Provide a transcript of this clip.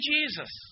Jesus